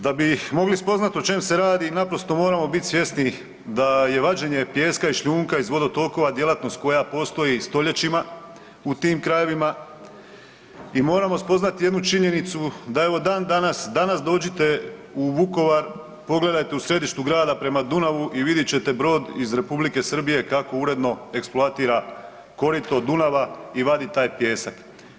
Da bi mogli spoznati o čemu se radi naprosto moramo biti svjesni da je vađenje pijeska i šljunka iz vodotokova djelatnost koja postoji stoljećima u tim krajevima i moramo spoznati jednu činjenicu, da evo dan danas, danas dođite u Vukovar pogledajte u središtu grada prema Dunavu i vidjet ćete brod iz Republike Srbije kako uredno eksploatira korito Dunava i vadi taj pijesak.